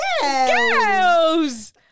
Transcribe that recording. girls